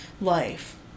life